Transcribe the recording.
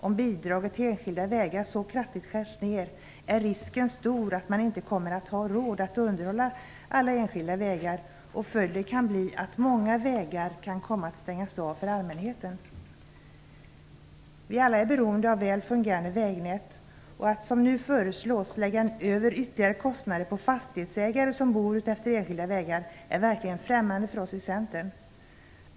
Om bidraget till enskilda vägar så kraftigt skärs ner, är risken stor att man inte kommer att ha råd att underhålla alla enskilda vägar. Följden kan bli att många vägar kan komma att stängas av för allmänheten. Vi är alla beroende av väl fungerande vägnät. Att, som nu föreslås, lägga över ytterligare kostnader på fastighetsägare som bor utefter enskilda vägar är verkligen främmande för oss i Centern.